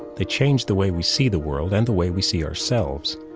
they change the way we see the world and the way we see ourselves.